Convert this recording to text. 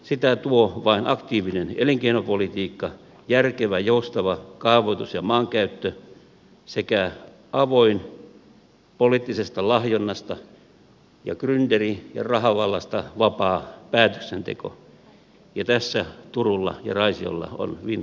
sitä tuovat vain aktiivinen elinkeinopolitiikka järkevä ja joustava kaavoitus ja maankäyttö sekä avoin poliittisesta lahjonnasta ja grynderi ja rahavallasta vapaa päätöksenteko ja tässä turulla ja raisiolla on vinha ero